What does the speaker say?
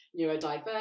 neurodiverse